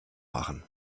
machen